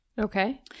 Okay